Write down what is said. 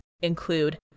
include